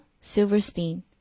Silverstein